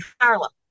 Harlem